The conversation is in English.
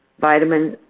vitamin